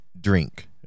drink